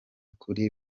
kuri